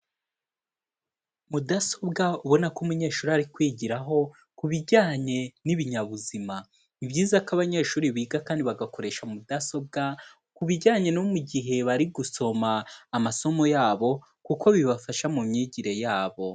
Mudasobwa ubona ko umunyeshuri ari kwigiraho, ku bijyanye n'ibinyabuzima. Ni byiza ko abanyeshuri biga kandi bagakoresha mudasobwa, ku bijyanye no mu gihe bari gusoma amasomo yabo, kuko bibafasha mu myigire yabo.